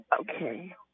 Okay